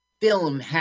film